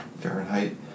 Fahrenheit